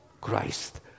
Christ